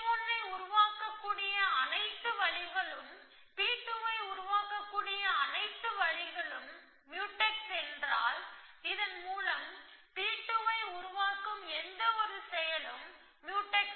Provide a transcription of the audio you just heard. P1 ஐ உருவாக்கக்கூடிய அனைத்து வழிகளும் P2 ஐ உருவாக்கக்கூடிய அனைத்து வழிகளும் முயூடெக்ஸ் என்றால் இதன் மூலம் P2 ஐ உருவாக்கும் எந்தவொரு செயலும் முயூடெக்ஸ்